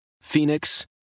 Phoenix